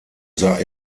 sah